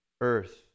earth